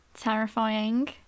terrifying